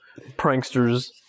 pranksters